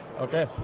okay